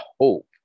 hope